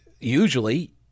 usually